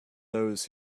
those